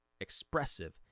expressive